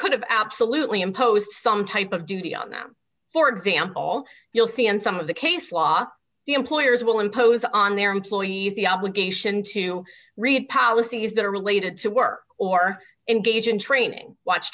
could have absolutely impose some type of duty on them for example you'll see in some of the case law the employers will impose on their employees the obligation to read policies that are related to work or engage in training watch